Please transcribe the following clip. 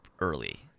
early